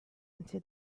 into